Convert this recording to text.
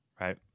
right